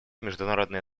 международное